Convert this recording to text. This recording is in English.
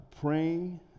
praying